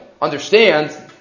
understand